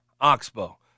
Oxbow